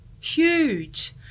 Huge